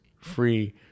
free